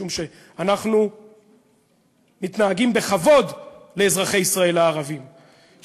משום שאנחנו מתנהגים בכבוד לאזרחי ישראל הערבים,